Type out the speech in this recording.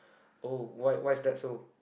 oh why why is that so